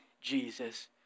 Jesus